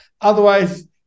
Otherwise